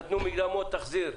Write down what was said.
נתנו מקדמות וצריך להחזיר אותן.